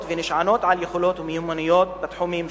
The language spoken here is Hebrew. ונשענות על יכולות ומיומנויות בתחומים שונים.